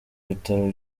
bitaro